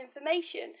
information